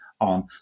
on